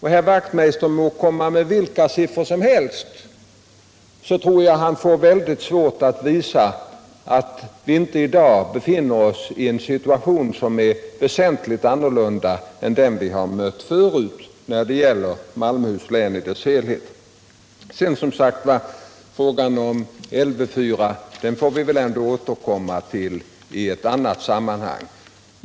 Herr Wachtmeister må komma med vilka siffror som helst —jag tror han får mycket svårt att motbevisa att vi i dag befinner oss i en situation som är väsentligt annorlunda än den vi mött förut för Malmöhus län i dess helhet. Frågan om Lv 4 får vi väl ändå återkomma till i annat sammanhang.